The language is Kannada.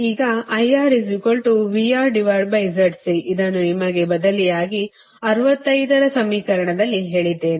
ಈಗ ಇದನ್ನು ನಿಮಗೆ ಬದಲಿಯಾಗಿ 65 ರ ಸಮೀಕರಣದಲ್ಲಿ ಹೇಳಿದ್ದೇನೆ